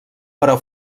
però